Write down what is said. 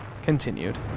continued